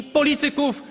polityków